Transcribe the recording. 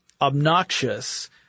obnoxious